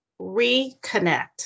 reconnect